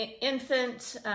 infant